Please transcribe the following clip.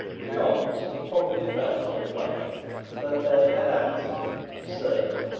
the commons probably felt on reflection that they had acted absurdly.